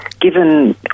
given